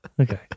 Okay